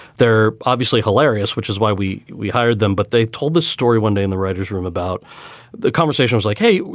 they're obviously hilarious, which is why we we hired them. but they told the story one day in the writers room about the conversations like, hey,